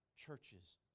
Churches